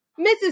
Mrs